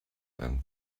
and